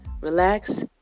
relax